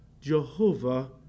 Jehovah